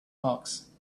hawks